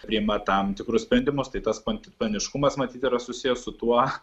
priima tam tikrus sprendimus tai tas spontaniškumas matyt yra susijęs su tuo